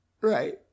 Right